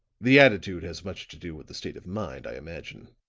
the attitude has much to do with the state of mind, i imagine.